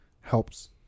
helps